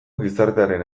gizartearen